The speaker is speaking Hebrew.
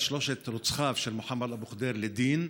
שלושת רוצחיו של מוחמד אבו ח'דיר לדין,